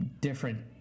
different